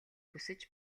хүсэж